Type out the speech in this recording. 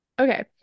Okay